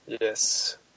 yes